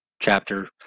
chapter